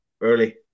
early